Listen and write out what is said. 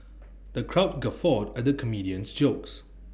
the crowd guffawed at the comedian's jokes